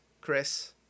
chris